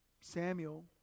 Samuel